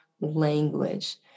language